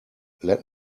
let